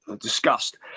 discussed